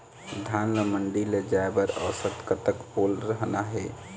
धान ला मंडी ले जाय बर औसत कतक ओल रहना हे?